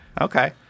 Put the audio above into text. Okay